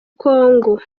congo